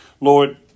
Lord